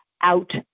out